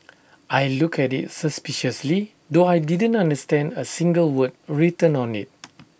I looked at IT suspiciously though I didn't understand A single word written on IT